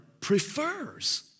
prefers